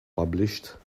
published